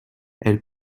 elle